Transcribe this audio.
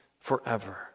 forever